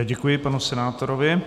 Děkuji panu senátorovi.